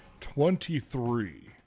Twenty-three